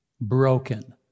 broken